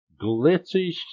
glitzy